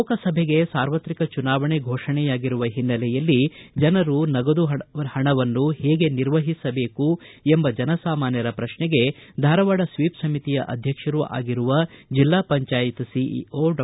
ಲೋಕಸಭೆಗೆ ಸಾರ್ವತ್ರಿಕ ಚುನಾವಣೆ ಫೋಷಣೆಯಾಗಿರುವ ಹಿನ್ನೆಲೆಯಲ್ಲಿ ಜನರು ನಗದು ಹಣವನ್ನು ಹೇಗೆ ನಿರ್ವಹಿಸಬೇಕು ಎಂಬ ಜನಸಾಮಾನ್ಗರ ಪ್ರಶ್ನೆಗೆ ಧಾರವಾಡ ಸ್ತೀಪ್ ಸಮಿತಿಯ ಅಧ್ಯಕ್ಷರೂ ಆಗಿರುವ ಜಿಲ್ಲಾ ಪಂಜಾಯತ್ ಸಿಐಒ ಡಾ